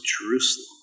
Jerusalem